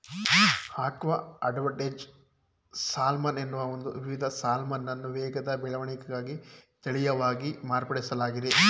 aqua advantage salmon ಎನ್ನುವ ಒಂದು ವಿಧದ ಸಾಲ್ಮನನ್ನು ವೇಗದ ಬೆಳವಣಿಗೆಗಾಗಿ ತಳೀಯವಾಗಿ ಮಾರ್ಪಡಿಸ್ಲಾಗಿದೆ